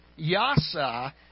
yasa